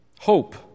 Hope